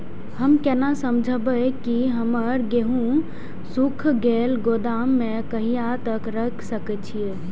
हम केना समझबे की हमर गेहूं सुख गले गोदाम में कहिया तक रख सके छिये?